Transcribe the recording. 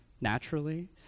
naturally